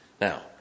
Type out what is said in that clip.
Now